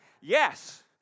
Yes